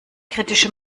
kritische